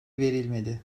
verilmedi